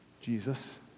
Jesus